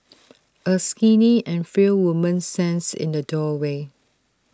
A skinny and frail woman stands in the doorway